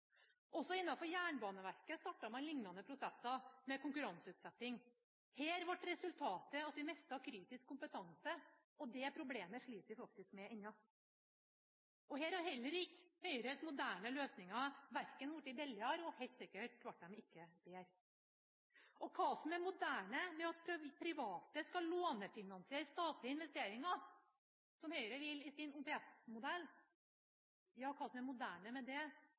Også innafor Jernbaneverket startet man lignende prosesser med konkurranseutsetting. Her ble resultatet at vi mistet kritisk kompetanse. Det problemet sliter vi faktisk med ennå. Heller ikke her har Høyres moderne løsninger blitt billigere – og helt sikkert ikke bedre. Svaret på hva som er moderne med at private skal lånefinansiere statlige investeringer, som Høyre vil i sin